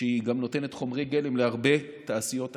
שנותנת חומרי גלם גם להרבה תעשיות אחרות.